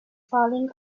falling